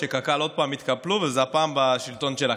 שקק"ל עוד פעם התקפלו והפעם זה בשלטון שלכם.